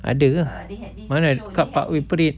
ada ke mana kat parkway parade